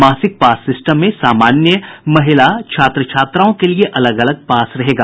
मासिक pass system में सामान्य महिला छात्र छात्राओं के लिए अलग अलग पास रहेगा